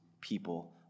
people